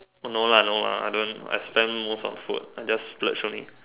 no lah no lah I don't I spend most on food I just splurge only